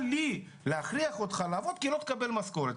לי להכריח אותך לעבוד כי לא תקבל משכורת.